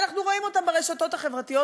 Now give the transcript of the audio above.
אנחנו רואים אותם ברשתות החברתיות.